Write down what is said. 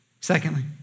Secondly